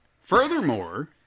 Furthermore